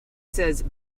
says